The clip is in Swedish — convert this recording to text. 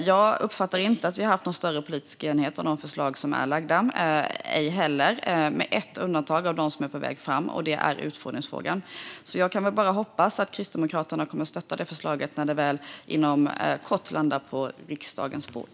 Jag uppfattar inte att vi har haft någon större politisk enighet om de förslag som är framlagda, ej heller om de förslag som är på väg fram - med ett undantag, och det är utfodringsfrågan. Jag kan bara hoppas att Kristdemokraterna kommer att stötta det förslaget när det inom kort landar på riksdagens bord.